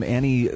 Annie